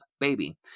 baby